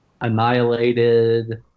annihilated